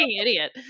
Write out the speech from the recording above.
idiot